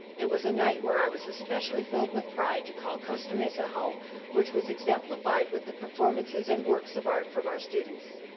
it was a night where i was especially filled with pride to call costa-mesa home which was exemplified with the performances and works of art from our students.